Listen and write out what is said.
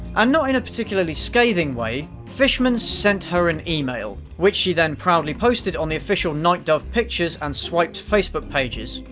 and not in a particularly scathing way, fishman sent her an email. which she then proudly posted on the official night dog pictures and swiped facebook pages.